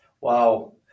Wow